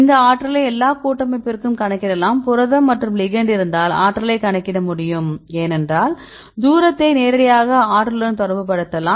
இந்த ஆற்றலை எல்லாம் கூட்டமைப்பிற்கும் கணக்கிடலாம் புரதம் மற்றும் லிகெண்ட் இருந்தால் ஆற்றலைக் கணக்கிட முடியும் ஏனென்றால் தூரத்தை நேரடியாக ஆற்றலுடன் தொடர்புபடுத்தலாம்